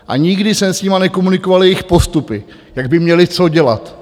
A nikdy jsem s nimi nekomunikoval jejich postupy, jak by měly co dělat.